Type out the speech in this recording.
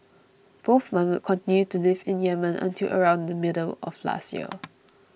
both men would continue to live in Yemen until around the middle of last year